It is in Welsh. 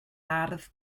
ardd